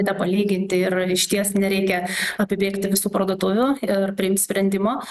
nepalyginti ir išties nereikia apibėgti visų parduotuvių ir priimt sprendimo